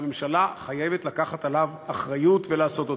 שהממשלה חייבת לקחת עליו אחריות ולעשות אותו.